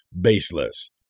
baseless